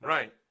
Right